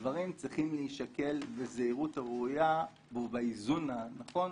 הדברים צריכים להישקל בזהירות הראויה ובאיזון הנכון,